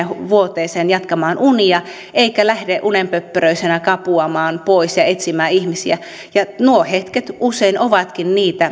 vuoteeseen jatkamaan unia eikä lähde unenpöpperöisenä kapuamaan pois ja etsimään ihmisiä nuo hetket usein ovatkin niitä